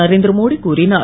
நரேந் ரமோடி கூறினார்